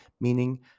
meaning